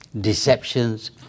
deceptions